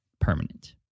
permanent